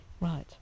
Right